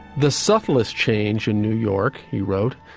the subtlest change in new york, he wrote,